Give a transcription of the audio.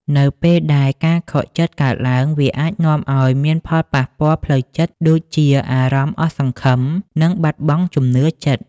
នៅពេលដែលការខកចិត្តកើតឡើង វាអាចនាំឲ្យមានផលប៉ះពាល់ផ្លូវចិត្តដូចជា អារម្មណ៍អស់សង្ឃឹម និងបាត់បង់ជំនឿចិត្ត។